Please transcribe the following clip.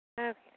Okay